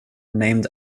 named